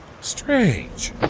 Strange